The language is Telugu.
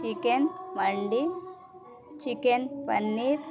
chicken mandi chicken paneer